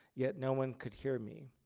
yet no one could hear me.